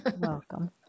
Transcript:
welcome